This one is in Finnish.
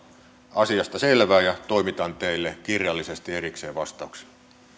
asiasta selvää ja toimitan teille kirjallisesti erikseen vastauksen